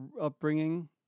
upbringing